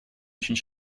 очень